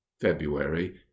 february